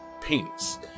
penis